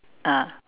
ah